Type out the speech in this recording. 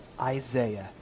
Isaiah